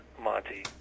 Monty